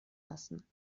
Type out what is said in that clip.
lassen